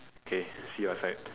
okay see you outside